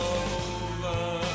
over